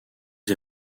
des